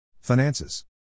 Finances